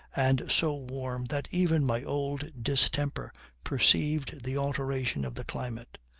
and so warm that even my old distemper perceived the alteration of the climate.